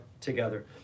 together